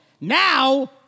Now